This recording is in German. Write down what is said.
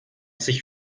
sich